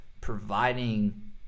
providing